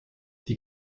die